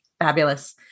Fabulous